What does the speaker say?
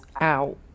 out